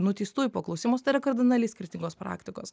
nuteistųjų paklausimus tai yra kardinaliai skirtingos praktikos